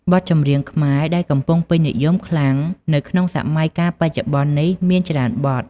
បទចម្រៀងខ្មែរដែលកំពុងពេញនិយមយ៉ាងខ្លាំងនៅក្នុងសម័យកាលបច្ចុប្បន្ននេះមានច្រើនបទ។